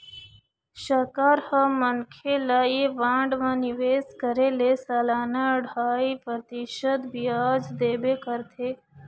सरकार ह मनखे ल ऐ बांड म निवेश करे ले सलाना ढ़ाई परतिसत बियाज देबे करथे